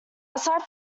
aside